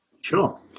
sure